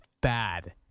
bad